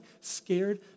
scared